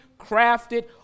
crafted